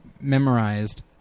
memorized